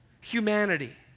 humanity